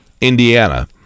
Indiana